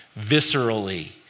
viscerally